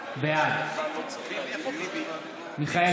בעד מיכאל מרדכי ביטון,